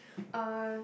uh